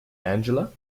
angela